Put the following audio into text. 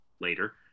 later